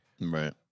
Right